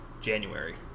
January